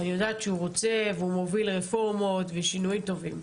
ואני יודעת שהוא רוצה והוא מוביל רפורמות ושינויים טובי.